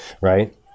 Right